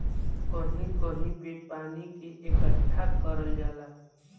कहीं कहीं पे पानी के इकट्ठा करल जाला